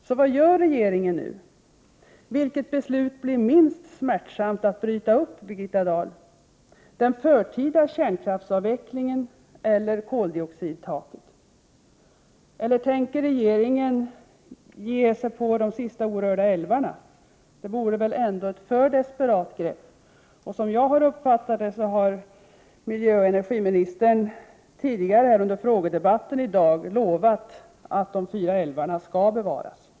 Så vad gör regeringen nu? Vilket beslut blir minst smärtsamt att bryta upp, Birgitta Dahl, den förtida kärnkraftsavvecklingen eller det s.k. koldioxidtaket, eller tänker regeringen ge sig på de sista orörda älvarna? Det vore väl ändå ett för desperat grepp. Och jag har uppfattat att miljöoch energiministern tidigare i dag under frågestunden har lovat att de fyra älvarna skall bevaras.